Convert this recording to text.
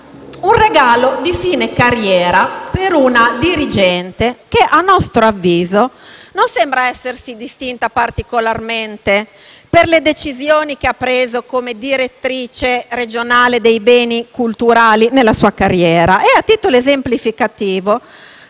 un regalo di fine carriera per una dirigente che, a nostro avviso, non sembra essersi distinta particolarmente per le decisioni che ha preso nella sua carriera come direttrice regionale dei beni culturali. A titolo esemplificativo